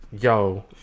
yo